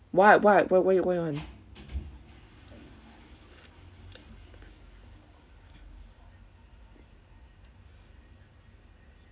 what what what what what you going on